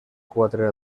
quatre